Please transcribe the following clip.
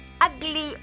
ugly